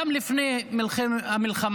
גם לפני המלחמה,